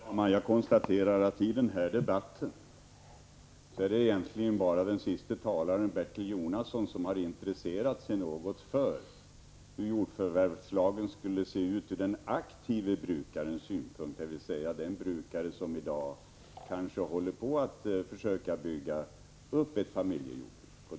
Herr talman! Jag konstaterar att det i den här debatten egentligen bara är Bertil Jonasson som har intresserat sig något för hur jordförvärvslagen skulle se ut från den aktive jordbrukarens synpunkt sett, dvs. för den brukare som i dag kanske håller på att försöka bygga upp ett familjejordbruk.